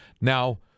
Now